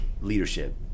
leadership